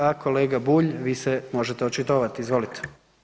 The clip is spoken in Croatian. A kolega Bulj, vi se možete očitovati, izvolite.